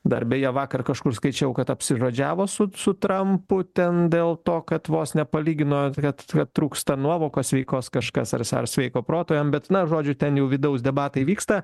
dar beje vakar kažkur skaičiau kad apsižodžiavo su su trampu ten dėl to kad vos nepalygino kad kad trūksta nuovokos sveikos kažkas ars ar sveiko proto jam bet na žodžiu ten jau vidaus debatai vyksta